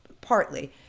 partly